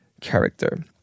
character